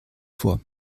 vor